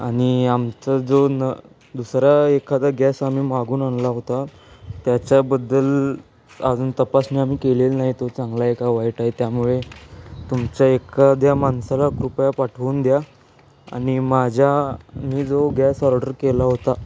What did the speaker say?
आणि आमचा जो न दुसरा एखादा गॅस आम्ही मागून आणला होता त्याच्याबद्दल अजून तपासणी आम्ही केलेलं नाही तो चांगला आहे का वाईट आहे त्यामुळे तुमच्या एखाद्या माणसाला कृपया पाठवून द्या आणि माझ्या मी जो गॅस ऑर्डर केला होता